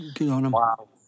Wow